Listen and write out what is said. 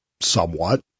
somewhat